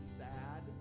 sad